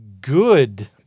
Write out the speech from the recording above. good